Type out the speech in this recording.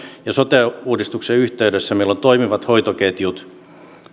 ja sote uudistuksen yhteydessä meillä on toimivat hoitoketjut